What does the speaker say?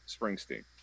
Springsteen